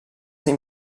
ser